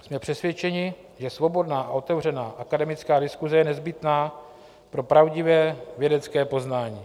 Jsme přesvědčeni, že svobodná a otevřená akademická diskuse je nezbytná pro pravdivé vědecké poznání.